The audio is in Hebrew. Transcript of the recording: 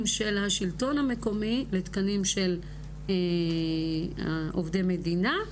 של השלטון המקומי לתקנים של עובדי מדינה.